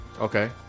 okay